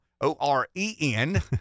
O-R-E-N